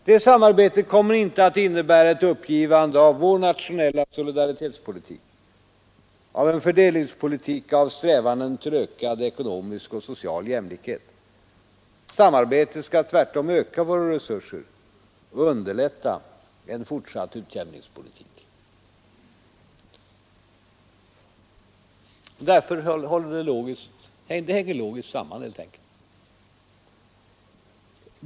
Det samarbetet kommer inte att innebära ett uppgivande av vår nationella solidaritetspolitik, av vår fördelningspolitik och av strävandena till ökad ekonomisk och social jämlikhet. Samarbetet skall tvärtom öka våra resurser och underlätta en fortsatt utjämningspolitik. Det hänger logiskt samman helt enkelt.